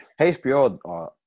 HBO